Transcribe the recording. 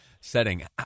setting